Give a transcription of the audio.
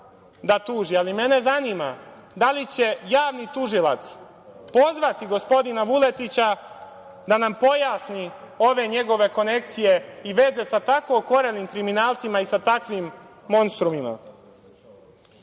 da tuži. Mene zanima da li će javni tužilac pozvati gospodina Vuletića da nam pojasni ove njegove konekcije i veze sa tako okorelim kriminalcima i sa takvim monstrumima?I